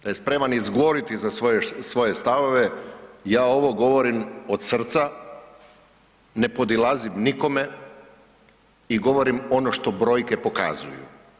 Da je sprema izgoriti za svoje stavove, ja ovo govorim od srca, ne podilazim nikome i govorim ono što brojke pokazuju.